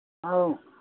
ꯑꯧ